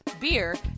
beer